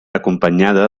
acompanyada